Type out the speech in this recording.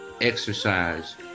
exercise